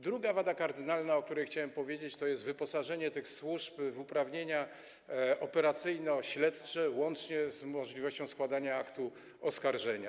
Druga wada kardynalna, o której chciałem powiedzieć, to jest wyposażenie tych służb w uprawnienia operacyjno-śledcze łącznie z możliwością składania aktu oskarżenia.